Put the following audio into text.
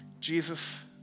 Jesus